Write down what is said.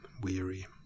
Weary